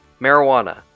marijuana